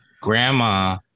grandma